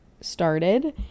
started